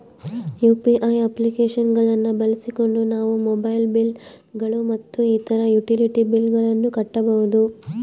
UPI application ಗಳನ್ನ ಬಳಸಿಕೊಂಡು ನಾವು ಮೊಬೈಲ್ ಬಿಲ್ ಗಳು ಮತ್ತು ಇತರ ಯುಟಿಲಿಟಿ ಬಿಲ್ ಗಳನ್ನ ಕಟ್ಟಬಹುದು